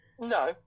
No